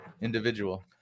individual